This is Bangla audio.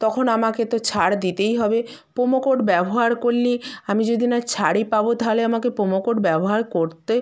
তখন আমাকে তো ছাড় দিতেই হবে প্রোমো কোড ব্যবহার করলে আমি যদি না ছাড়ই পাবো তাহলে প্রোমো কোড ব্যবহার করতে